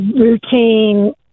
routine